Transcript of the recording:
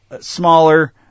smaller